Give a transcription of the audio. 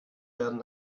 werden